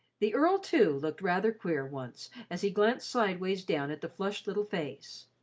the earl, too, looked rather queer, once, as he glanced sidewise down at the flushed little face.